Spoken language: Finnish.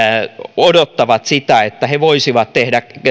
odottavat sitä että he voisivat tehdä